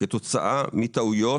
כתוצאה מטעויות